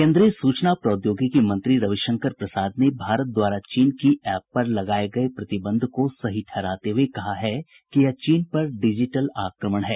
केन्द्रीय सूचना प्रौद्योगिकी मंत्री रविशंकर प्रसाद ने भारत द्वारा चीन की ऐप पर लगाए गए प्रतिबंध को सही ठहराते हुए कहा है कि यह चीन पर डिजिटल आक्रमण है